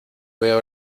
veo